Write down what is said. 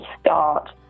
start